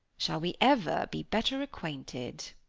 shall we ever be better acquainted?